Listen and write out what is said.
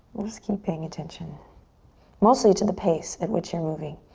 just keeping attention mostly to the pace at which you're moving.